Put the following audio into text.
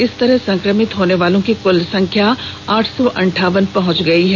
इस तरह संक्रमित होने वालों की कुल संख्या आठ सौ अंठावन पहुंच गई है